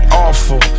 awful